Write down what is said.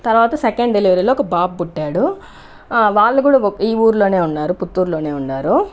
తర్వాత సెకండ్ డెలివరీలో ఒక బాబు పుట్టాడు వాళ్ళు కూడా ఈ ఊర్లోనే ఉన్నారు పుత్తూరులోనే ఉన్నారు